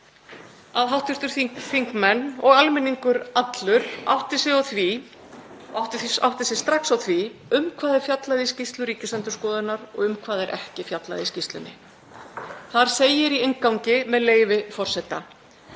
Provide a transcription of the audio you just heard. að hv. þingmenn og almenningur allur átti sig strax á því um hvað er fjallað í skýrslu Ríkisendurskoðunar og um hvað er ekki fjallað í skýrslunni. Þar segir í inngangi, með leyfi forseta: